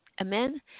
Amen